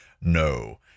no